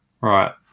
Right